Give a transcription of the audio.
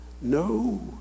no